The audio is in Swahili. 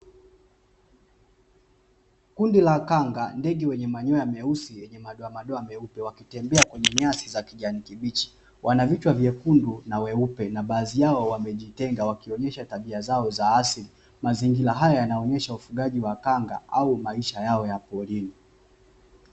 Kundi la kanga, ndege wenye manyoya meusi yenye madoa meupe, wakitembea kwenye nyasi za kijani kibichi. Wana vichwa vyekundu na weupe, na baadhi yao wamejitenga wakionyesha tabia zao za asili. Mazingira haya yanaonyesha ufugaji wa kanga au maisha yao ya porini.